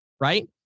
right